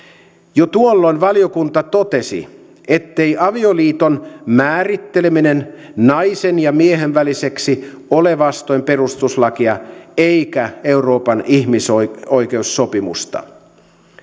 jo tuolloin valiokunta totesi ettei avioliiton määritteleminen naisen ja miehen väliseksi ole vastoin perustuslakia eikä euroopan ihmisoikeussopimusta